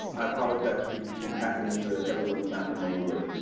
i apologize for using acronyms that everyone's not familiar with,